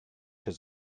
his